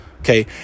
okay